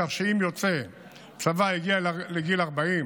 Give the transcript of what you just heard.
כך שאם יוצא צבא הגיע לגיל 40,